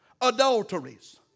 adulteries